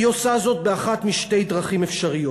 היא עושה זאת באחת משתי דרכים אפשריות: